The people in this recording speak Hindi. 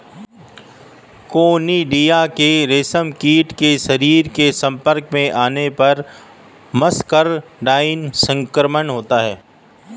कोनिडिया के रेशमकीट के शरीर के संपर्क में आने पर मस्करडाइन संक्रमण होता है